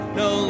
no